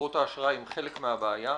שחברות האשראי הן חלק מן הבעיה.